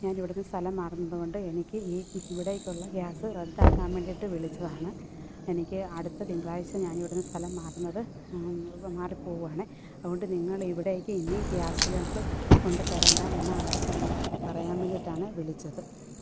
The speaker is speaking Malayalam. ഞാനിവിടുന്ന് സ്ഥലം മാറുന്നതു കൊണ്ട് എനിക്ക് ഈ ഇവിടെയൊക്കെയുള്ള ഗ്യാസ് റദ്ദാക്കാൻ വേണ്ടിയിട്ട് വിളിച്ചതാണ് എനിക്ക് അടുത്ത തിങ്കളാഴ്ച്ച ഞാനിവിടെ നിന്ന് സ്ഥലം മാറുന്നത് മാറിപ്പോവാണെ അതുകൊണ്ട് നിങ്ങളിവിടേക്ക് ഇനി ഗ്യാസ് സിലിണ്ടർ കൊണ്ടു തരേണ്ട എന്ന ആർ പറയാൻ വേണ്ടിയിട്ടാണ് വിളിച്ചത്